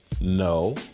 No